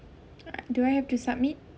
ah do I have to submit